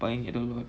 buying it over